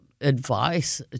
advice